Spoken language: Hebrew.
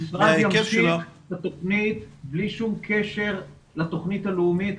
המשרד ימשיך בתוכנית בלי שום קשר לתוכנית הלאומית.